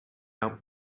out